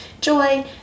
joy